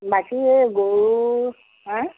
বাকী গৰু হাঁ